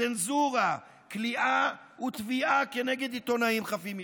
צנזורה, כליאה ותביעה כנגד עיתונאים חפים מפשע,